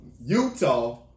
Utah